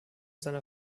seiner